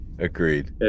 Agreed